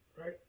right